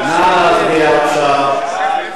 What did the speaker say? בסדר, בסדר, שמענו אותך.